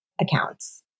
accounts